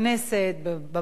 בוועדות,